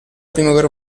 guerra